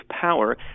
power